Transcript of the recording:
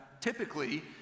typically